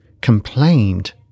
complained